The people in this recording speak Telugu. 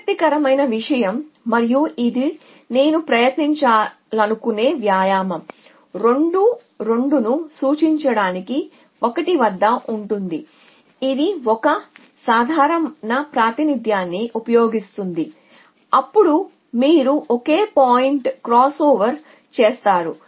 ఆసక్తికరమైన విషయం మరియు ఇది నేను ప్రయత్నించాలనుకునే వ్యాయామం 2 2 ను సూచించడానికి 1 వద్ద ఉంటుంది ఇది ఒక సాధారణ ప్రాతినిధ్యాన్ని ఉపయోగిస్తుంది అప్పుడు మీరు ఒకే పాయింట్ క్రాస్ఓవర్ చేస్తారు